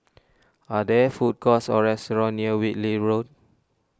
are there food courts or restaurants near Whitley Road